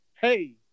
hey